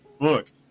look